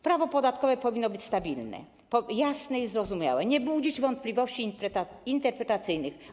Prawo podatkowe powinno być stabilne, jasne i zrozumiałe, nie budzić wątpliwości interpretacyjnych.